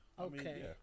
Okay